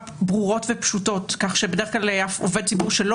ברורות ופשוטות כך שבדרך כלל עובד ציבור שלא